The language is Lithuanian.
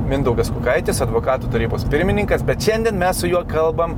mindaugas kukaitis advokatų tarybos pirmininkas bet šiandien mes su juo kalbam